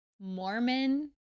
Mormon